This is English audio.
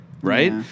right